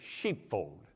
sheepfold